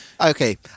Okay